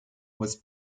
was